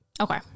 Okay